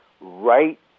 right